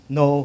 no